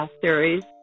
series